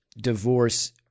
divorce